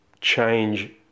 change